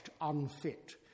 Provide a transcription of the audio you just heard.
unfit